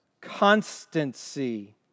constancy